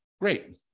Great